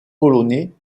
polonais